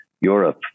Europe